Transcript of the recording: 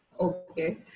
Okay